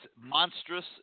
monstrous